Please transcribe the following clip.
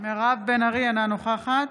אינה נוכחת